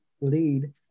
lead